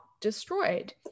destroyed